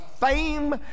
fame